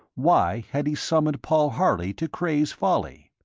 why had he summoned paul harley to cray's folly?